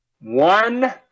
One